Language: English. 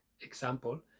example